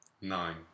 Nine